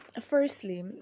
Firstly